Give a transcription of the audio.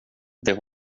det